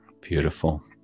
Beautiful